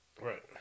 Right